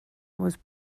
was